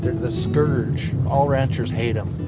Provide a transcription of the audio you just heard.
the scourge, all ranchers hate him.